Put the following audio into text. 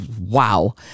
Wow